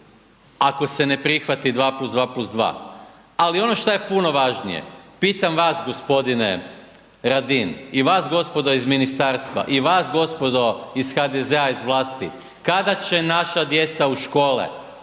Ako se ne prihvati 2+2+2? Ali ono šta je puno važnije, pitam vas g. Radin i vas gospodo iz ministarstva i vas gospodo iz HDZ-a, iz vlasti, kada će naša djeca u škole?